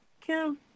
Kim